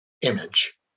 image